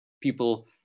people